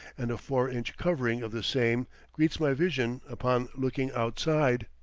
and a four-inch covering of the same greets my vision upon looking outside.